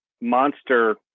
monster